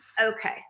Okay